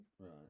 Right